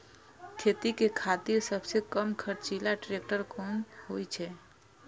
खेती के खातिर सबसे कम खर्चीला ट्रेक्टर कोन होई छै?